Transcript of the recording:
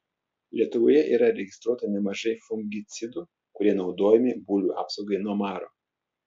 lietuvoje yra registruota nemažai fungicidų kurie naudojami bulvių apsaugai nuo maro